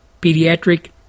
pediatric